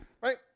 Right